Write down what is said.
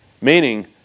Meaning